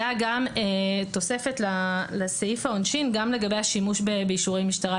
הייתה תוספת לסעיף העונשין גם לגבי השימוש באישורי משטרה,